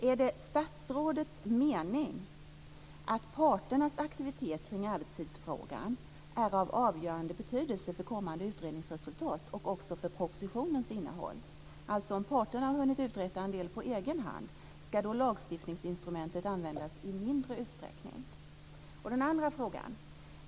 Är det statsrådets mening att parternas aktivitet kring arbetstidsfrågan är av avgörande betydelse för kommande utredningsresultat och även för propositionens innehåll? Om parterna har hunnit uträtta en del på egen hand - ska då lagstiftningsinstrumenten användas i mindre utsträckning? Jag går nu över till min andra fråga.